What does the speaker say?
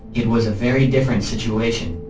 it was a very different situation.